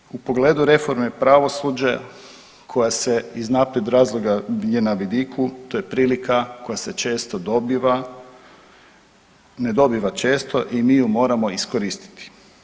Zaključno, u pogledu reforme pravosuđa koja se iz napred razloga je na vidiku to je prilika koja se često dobiva, ne dobiva često i mi ju moramo iskoristiti.